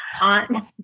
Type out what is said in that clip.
on